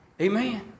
Amen